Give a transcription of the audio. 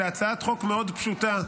בהצעת חוק מאוד פשוטה.